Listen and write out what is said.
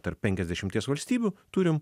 tarp penkiasdešimties valstybių turim